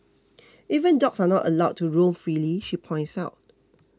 even dogs are not allowed to roam freely she points out